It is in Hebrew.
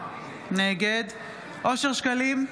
נגד אושר שקלים,